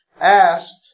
asked